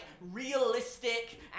realistic